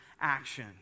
action